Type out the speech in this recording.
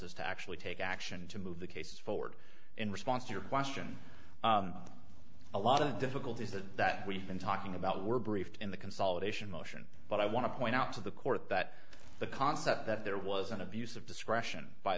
has to actually take action to move the case forward in response to your question a lot of the difficulties that that we've been talking about were briefed in the consolidation motion but i want to point out to the court that the concept that there was an abuse of discretion by